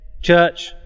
church